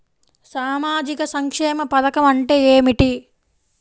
సామాజిక సంక్షేమ పథకం అంటే ఏమిటి?